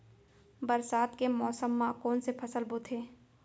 बरसात के मौसम मा कोन से फसल बोथे?